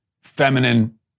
feminine